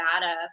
data